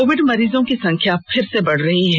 Covid मरीजों की संख्या फिर से बढ़ रही है